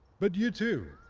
but you, too,